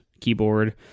keyboard